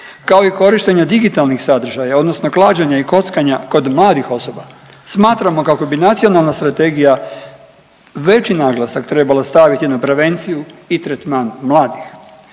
kao i korištenja digitalnih sadržaja odnosno klađenja i kockanja kod mladih osoba, smatramo kako bi Nacionalna strategija veći naglasak trebala staviti na prevenciju i tretman mladih.